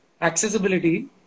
accessibility